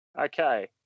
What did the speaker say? Okay